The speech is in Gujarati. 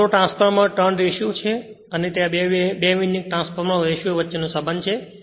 આ ઓટોટ્રાન્સફોર્મરટર્ન રેશિયો અને તે બે વિન્ડિંગ ટ્રાન્સફોર્મર રેશિયો વચ્ચેનો સંબંધ છે